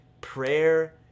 prayer